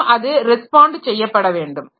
மேலும் அது ரெஸ்பாண்ட் செய்யப்பட வேண்டும்